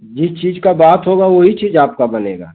जिस चीज़ का बात होगा वही चीज़ आपका बनेगा